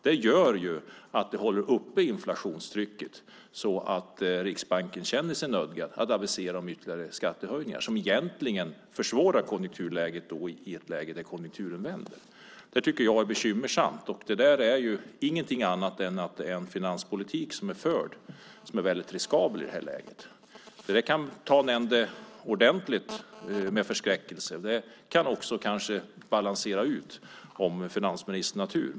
Det gör att det håller uppe inflationstrycket så att Riksbanken känner sig nödgad att avisera ytterligare räntehöjningar, som egentligen försvårar i ett läge då konjunkturen vänder. Det tycker jag är bekymmersamt. Det där är ingenting annat än ett resultat av en finanspolitik som är förd som är väldigt riskabel i det här läget. Det kan ta en ända med förskräckelse. Det kan kanske också balansera ut om finansministern har tur.